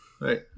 Right